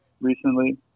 recently